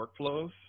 workflows